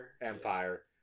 Empire